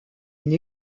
une